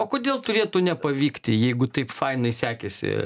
o kodėl turėtų nepavykti jeigu taip fainai sekėsi